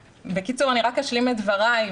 בקיצור, אני רק אשלים את דבריי.